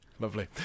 Lovely